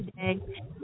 today